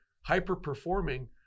hyper-performing